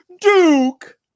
Duke